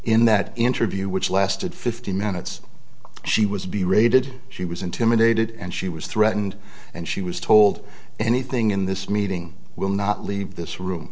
in that interview which lasted fifteen minutes she was being raided she was intimidated and she was threatened and she was told anything in this meeting will not leave this room